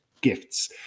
gifts